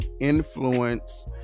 influence